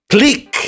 Click